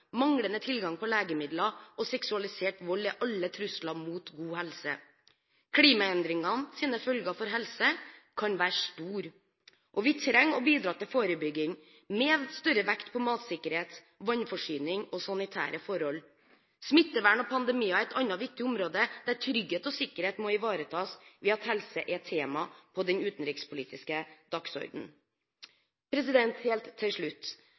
manglende tilgang på legemidler og seksualisert vold er alle trusler mot god helse. Klimaendringenes følger for helse kan være store, og vi trenger å bidra til forebygging med større vekt på matsikkerhet, vannforsyning og sanitære forhold. Smittevern og pandemier er et annet viktig område der trygghet og sikkerhet må ivaretas ved at helse er et tema på den utenrikspolitiske dagsordenen. Helt til slutt: